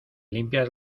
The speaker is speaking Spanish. limpias